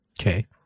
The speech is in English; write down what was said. Okay